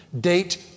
Date